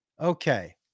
Okay